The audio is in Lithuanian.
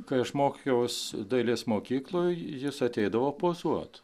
kai aš mokiaus dailės mokykloj jis ateidavo pozuot